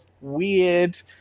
weird